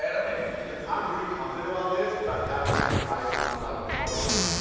and think i can do this. i'm really confident about this, but i'm gonna be surprised if i'm like totally off.